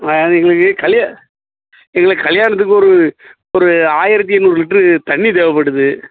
அது எங்களுக்கு கல்ய எங்களுக்கு கல்யாணத்துக்கு ஒரு ஒரு ஆயிரத்தி எண்நூறு லிட்ரு தண்ணி தேவைப்படுது